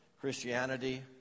Christianity